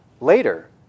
Later